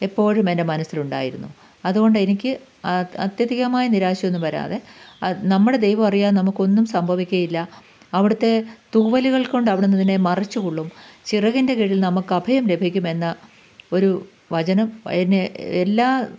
എപ്പോഴും എന്റെ മനസ്സിലുണ്ടായിരുന്നു അതുകൊണ്ടെനിക്ക് അ അത്യധികമായി നിരാശയൊന്നും വരാതെ നമ്മുടെ ദൈവം അറിയാതെ നമുക്കൊന്നും സംഭവിക്കുകയില്ല അവിടുത്തെ തൂവലുകൾ കൊണ്ടവിടുന്ന് നിന്നെ മറച്ചു കൊള്ളും ചിറകിന്റെ കീഴിൽ നമുക്കഭയം ലഭിക്കുമെന്ന് ഒരു വചനം അതിന് എല്ലാ